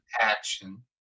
action